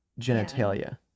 genitalia